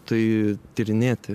tai tyrinėti